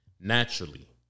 Naturally